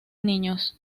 niños